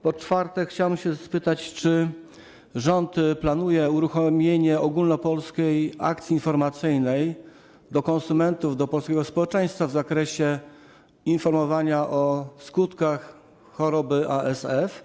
Po czwarte, chciałem się spytać, czy rząd planuje uruchomienie ogólnopolskiej akcji informacyjnej skierowanej do konsumentów, do polskiego społeczeństwa w zakresie informowania o skutkach choroby ASF.